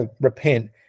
repent